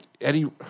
Eddie